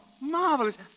Marvelous